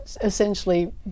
essentially